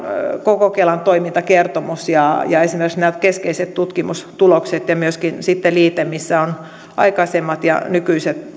koko kelan toimintakertomus ja ja esimerkiksi keskeiset tutkimustulokset ja myöskin liite missä ovat aikaisemmat ja nykyiset